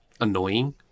annoying